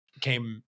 came